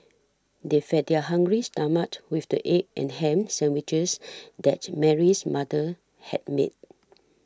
they fed their hungry stomachs with the egg and ham sandwiches that Mary's mother had made